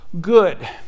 good